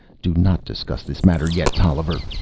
do not discuss this matter yet, tolliver.